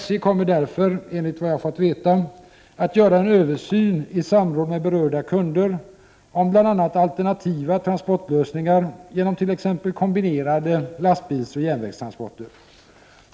SJ kommer därför, enligt vad jag fått veta, att göra en översyn i samråd med 31 berörda kunder om bl.a. alternativa transportlösningar, genom t.ex. kombinerade lastbilsoch järnvägstransporter.